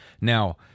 now